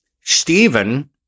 Stephen